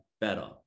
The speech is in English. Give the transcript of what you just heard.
better